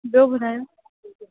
ॿियो ॿुधायो